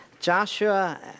Joshua